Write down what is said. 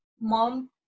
mom